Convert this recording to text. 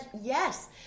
Yes